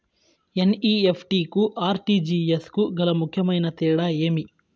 NEFT కు RTGS కు గల ముఖ్యమైన తేడా ఏమి?